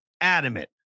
adamant